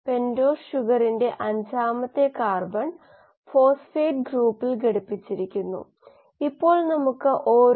ഇവിടെ ഇത് റെഡോക്സ് അനുപാതമാണ് NADH മൊത്തം NADH പൂളിനാൽ വിഭജിച്ചിരിക്കുന്നു അതിൽ NADഉം NADH ഉം അടങ്ങിയിരിക്കുന്നു